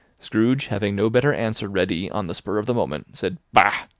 scrooge having no better answer ready on the spur of the moment, said, bah!